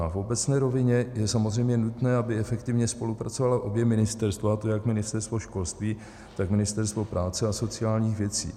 V obecné rovině je samozřejmě nutné, aby efektivně spolupracovala obě ministerstva, a to jak Ministerstvo školství, tak Ministerstvo práce a sociálních věcí.